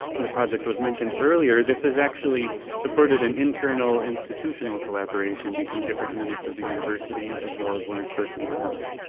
the project was mentioned earlier, this is actually supported an internal institutional collaboration between different units of the university, as well as lawrence berkeley labs.